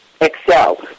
excel